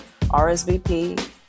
RSVP